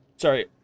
sorry